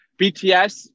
bts